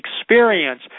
experience